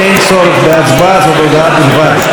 אין צורך בהצבעה, זאת הודעה בלבד.